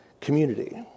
community